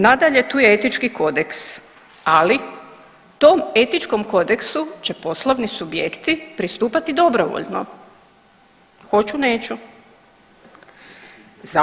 Nadalje, tu je Etički kodeks ali tom Etičkom kodeksu će poslovni subjekti pristupati dobrovoljno hoću – neću.